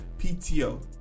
PTO